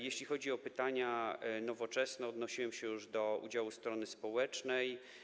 Jeśli chodzi o pytania Nowoczesnej, odnosiłem się już do udziału strony społecznej.